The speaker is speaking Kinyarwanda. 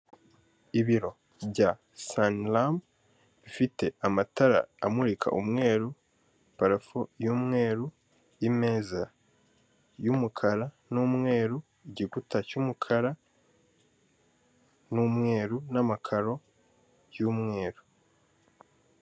Ibiro bya Sanlm bifite amatara amurika umweru, parafo y'umweru, imeza y'umukara n'umweru, igiputa cy'umukara n'umweru, n'amakaro by'umweru.